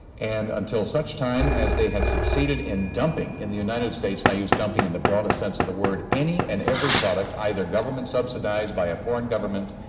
and until such time as they have succeeded in dumping in the united states and i used dumping in the broadest sense of the word any and every product, either government subsidized by a foreign government,